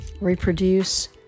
reproduce